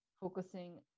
focusing